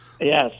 Yes